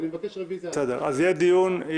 תודה רבה.